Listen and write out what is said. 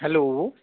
hello